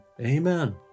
Amen